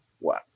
Wow